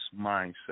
mindset